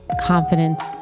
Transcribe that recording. confidence